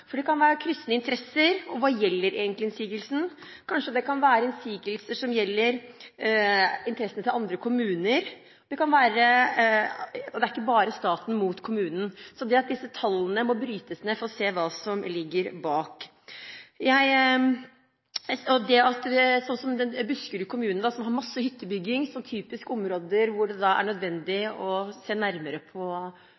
For det kan være kryssende interesser. Hva gjelder egentlig innsigelsen? Kanskje det kan være innsigelser som gjelder interessene til andre kommuner. Og det er ikke bare staten mot kommunen. Så disse tallene må brytes ned for å se hva som ligger bak. Buskerud kommune, som har mye hyttebygging, er et typisk område der ulike grupper har lyst til å se nærmere på hvilke vern som skal ivaretas, og det